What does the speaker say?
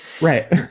Right